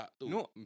No